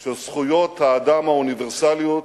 של זכויות האדם האוניברסליות,